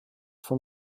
von